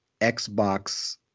Xbox